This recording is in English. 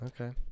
Okay